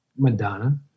madonna